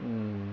mm